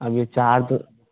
अब ये चार्ज